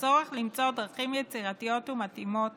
הצורך למצוא דרכים יצירתיות ומתאימות